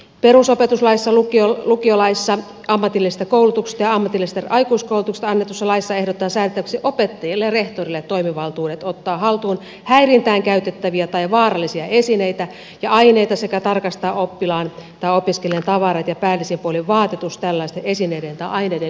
perusopetuslaissa lukiolaissa ammatillisesta koulutuksesta ja ammatillisesta aikuiskoulutuksesta annetussa laissa ehdotetaan säädettäväksi opettajille ja rehtorille toimivaltuudet ottaa haltuun häirintään käytettäviä tai vaarallisia esineitä ja aineita sekä tarkastaa oppilaan tai opiskelijan tavarat ja päällisin puolin vaatetus tällaisten esineiden tai aineiden löytämiseksi